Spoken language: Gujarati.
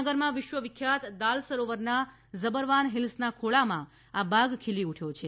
શ્રીનગરમાં વિશ્વ વિખ્યાત દાલ સરોવરના ઝબરવાન હિલ્સના ખોળામાં આ બાગ ખીલી ઉઠ્યો છે